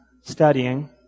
studying